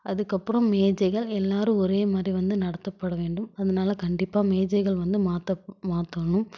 அதுக்கப்புறம் மேஜைகள் எல்லாேரும் ஒரே மாதிரி வந்து நடத்தப்பட வேண்டும் அதனால கண்டிப்பாக மேஜைகள் வந்து மாற்ற மாற்றணும்